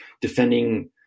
defending